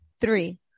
three